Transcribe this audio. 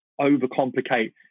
overcomplicate